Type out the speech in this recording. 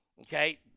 Okay